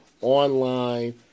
online